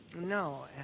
no